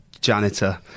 janitor